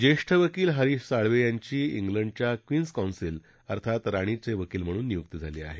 ज्येष्ठ वकील हरिष साळवे यांची सिंडच्या क्वीन्स काँसेल अर्थात राणीच्या वकील म्हणून नियुकी झाली आहे